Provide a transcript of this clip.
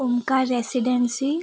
Omkar residency